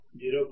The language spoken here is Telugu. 2 0